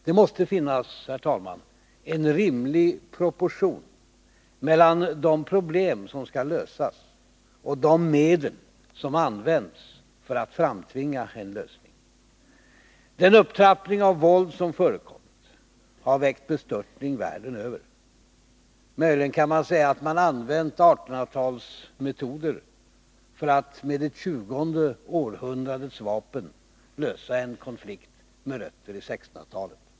Det måste, herr talman, finnas en rimlig proportion mellan de problem som skall lösas och de medel som används för att framtvinga en lösning. Den upptrappning av våld som förekommit har väckt bestörtning världen över. Möjligen kan vi säga att man använt 1800-talets metoder för att med det tjugonde århundradets vapen lösa en konflikt med rötter i 1600-talet.